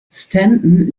stanton